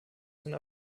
sein